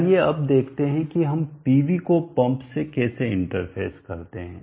आइए अब देखते हैं कि हम पीवी को पंप से कैसे इंटरफेस करते हैं